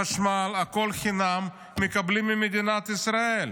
חשמל, הכול חינם, מקבלים ממדינת ישראל.